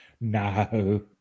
no